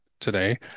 today